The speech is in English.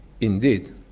Indeed